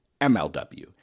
MLW